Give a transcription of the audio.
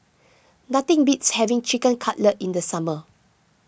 nothing beats having Chicken Cutlet in the summer